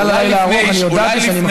אולי לפני, בגלל